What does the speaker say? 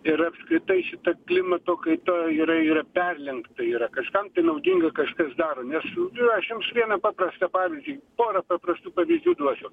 ir apskritai šita klimato kaita yra yra perlenkta yra kažkam tai naudinga kažkas daro nes aš jums vieną paprastą pavyzdį porą paprastų pavyzdžių duosiu